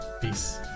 peace